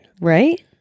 Right